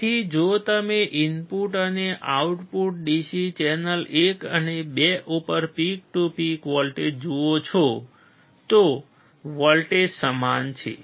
તેથી જો તમે ઇનપુટ અને આઉટપુટ DC ચેનલ 1 અને 2 ઉપર પીક ટુ પીક વોલ્ટેજ જુઓ છો તો વોલ્ટેજ સમાન છે